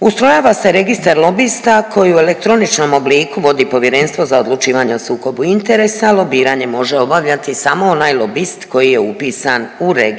Ustrojava se registar lobista koji u elektroničnom obliku vodi Povjerenstvo za odlučivanje o sukobu interesa, a lobiranje može obavljati samo onaj lobist koji je upisan u registar